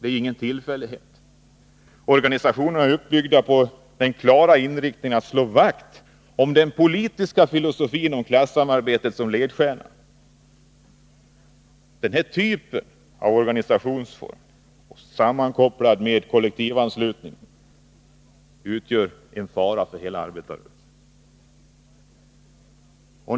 inte är någon tillfällighet. Organisationerna har byggts upp med den klara inriktningen att slå vakt om den politiska filosofi som har klassamarbetet som ledstjärna. Denna organisationsform sammankopplad med kollektivanslutningen utgör en fara för hela arbetarrörelsen.